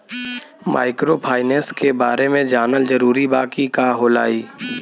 Microfinance के बारे में जानल जरूरी बा की का होला ई?